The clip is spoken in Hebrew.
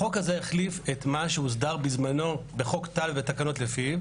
החוק הזה החליף את מה שהוסדר בזמנו בחוק טל והתקנות לפיו